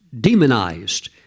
demonized